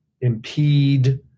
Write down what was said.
impede